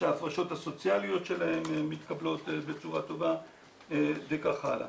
שההפרשות הסוציאליות שלהם מתקבלות בצורה טובה וכך הלאה.